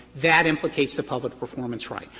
that implicates the public performance right.